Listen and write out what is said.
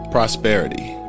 Prosperity